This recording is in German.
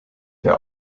der